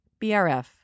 BRF